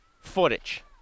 footage